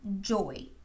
joy